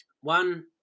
One